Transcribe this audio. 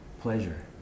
pleasure